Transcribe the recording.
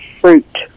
Fruit